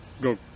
go